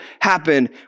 happen